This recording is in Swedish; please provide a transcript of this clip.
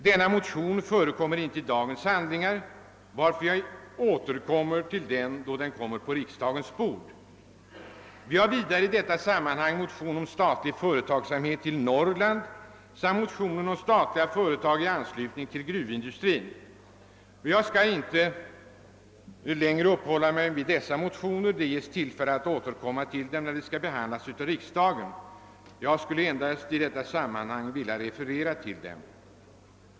Den motionen förekommer inte i dagens handlingar, varför jag återkommer till den då motionen kommer på riksdagens bord. Vidare har vi väckt en motion om statlig företagsamhet i Norrland och en annan om statliga företag i anslutning till gruvindustrin. Jag skall här inte uppehålla mig vid de motionerna, eftersom det blir tillfälle att återkomma till dem då de skall behandlas av riksdagen. Jag har i detta sammanhang endast velat referera till dem.